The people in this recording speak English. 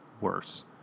worse